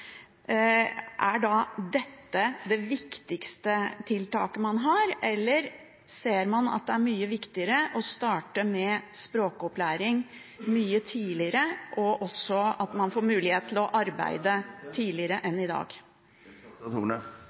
er dette da det viktigste tiltaket man har, eller ser man at det er mye viktigere å starte med språkopplæring mye tidligere, og også at man får mulighet til å arbeide tidligere enn i dag?